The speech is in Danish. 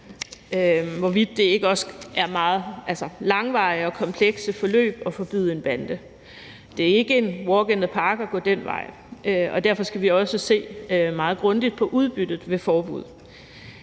hvorvidt det ikke også er meget langvarige og komplekse forløb at forbyde en bande. Det er ikke en walk in the park at gå den vej, og derfor skal vi også se meget grundigt på udbyttet ved et forbud.